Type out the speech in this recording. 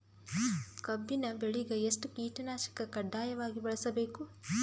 ಕಬ್ಬಿನ್ ಬೆಳಿಗ ಎಷ್ಟ ಕೀಟನಾಶಕ ಕಡ್ಡಾಯವಾಗಿ ಬಳಸಬೇಕು?